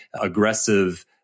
aggressive